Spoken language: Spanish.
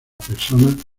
persona